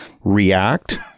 react